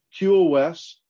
QoS